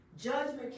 Judgment